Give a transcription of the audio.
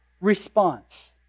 response